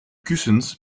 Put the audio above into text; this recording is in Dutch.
kussens